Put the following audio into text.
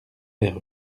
vers